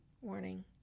warning